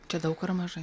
čia daug ar mažai